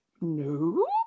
no